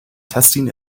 testing